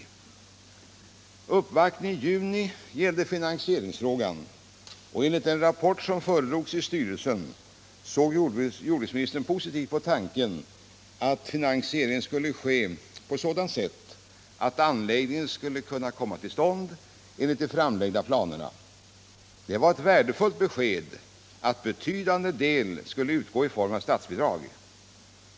65 Uppvaktningen i juni gällde finansieringsfrågan, och enligt den rapport som föredrogs i styrelsen såg jordbruksministern positivt på tanken att finansieringen skulle ske på sådant sätt att anläggningen skulle kunna komma till stånd enligt de framlagda planerna. Det var ett värdefullt besked att en betydande del skulle utgå i form av statsbidrag.